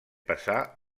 passar